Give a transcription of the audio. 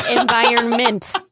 environment